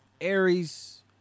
Aries